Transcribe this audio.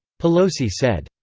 pelosi said.